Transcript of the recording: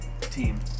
team